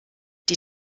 die